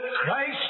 Christ